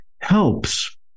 helps